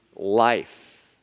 Life